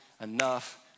enough